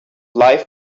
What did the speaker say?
life